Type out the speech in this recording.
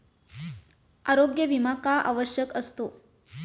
आरोग्य विमा का आवश्यक असतो?